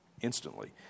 instantly